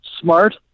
smart